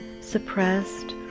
suppressed